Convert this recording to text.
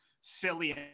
silly